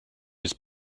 his